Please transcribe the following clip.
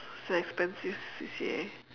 it's an expensive C_C_A